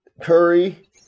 Curry